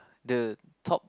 the top